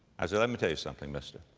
i said, let me tell you something, mister,